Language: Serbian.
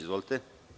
Izvolite.